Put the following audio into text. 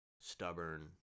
stubborn